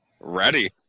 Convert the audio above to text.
Ready